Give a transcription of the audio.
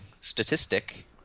statistic